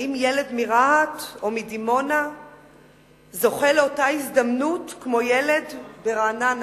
האם ילד מרהט או מדימונה זוכה לאותה הזדמנות כמו ילד ברעננה,